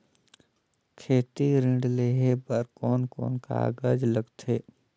खेती ऋण लेहे बार कोन कोन कागज लगथे?